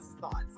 thoughts